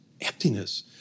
Emptiness